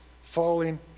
falling